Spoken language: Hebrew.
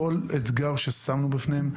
כל אתגר ששמנו בפניהם.